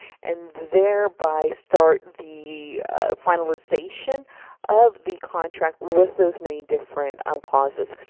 and thereby start the finalization of the contract with those many different um clauses.